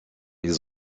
ils